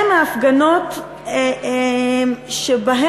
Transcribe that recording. הן ההפגנות שבהן,